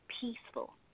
peaceful